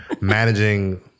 managing